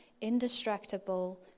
indestructible